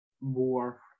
more